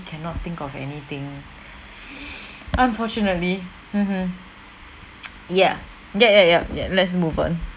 cannot think of anything unfortunately mmhmm yeah yep yep yep ya let's move on